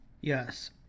Yes